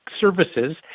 services